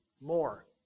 more